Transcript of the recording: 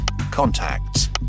contacts